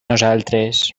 nosaltres